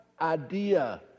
idea